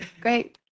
great